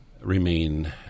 remain